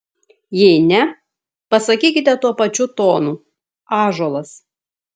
jei ne pasakykite tuo pačiu tonu ąžuolas